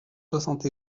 soixante